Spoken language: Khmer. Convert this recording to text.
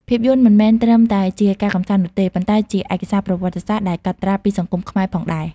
ភាពយន្តមិនមែនត្រឹមតែជាការកម្សាន្តនោះទេ ប៉ុន្តែជាឯកសារប្រវត្តិសាស្ត្រដែលកត់ត្រាពីសង្គមខ្មែរផងដែរ។